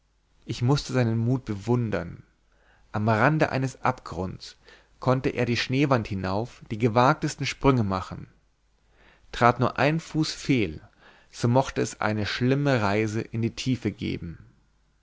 ich mußte seinen mut bewundern am rande eines abgrunds konnte er die schneewand hinauf die gewagtesten sprünge machen trat nur ein fuß fehl so mochte es eine schlimme reise in die tiefe geben